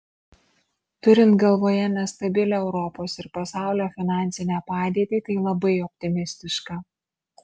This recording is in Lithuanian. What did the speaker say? turint galvoje nestabilią europos ir pasaulio finansinę padėtį tai labai optimistiška